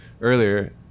earlier